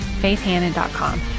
faithhannon.com